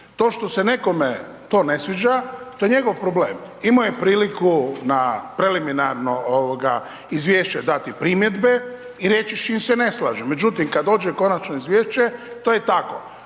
to što se nekome to ne sviđa, to je njegov problem, imao je priliku na preliminarno izvješće dati primjedbe i reći s čim se ne slaže. Međutim, kad dođe konačno izvješće, to je tako,